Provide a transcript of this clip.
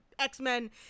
X-Men